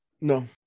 No